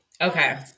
Okay